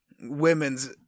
women's